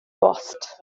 bost